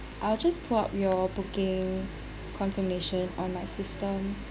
I'll just pull out your booking confirmation on my system